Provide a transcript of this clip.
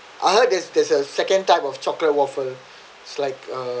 I heard there's there's a second type of chocolate waffle it's like uh